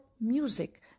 music